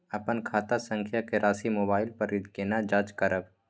अपन खाता संख्या के राशि मोबाइल पर केना जाँच करब?